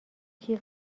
جیغ